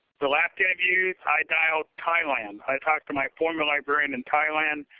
the last interviews i dialed thailand. i talked to my former librarian in thailand.